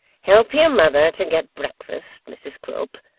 help your mother to get breakfast, mrs quilp.